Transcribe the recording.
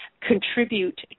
contribute